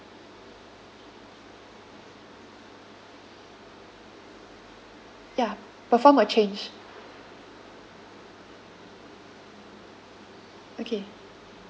ya perform a change okay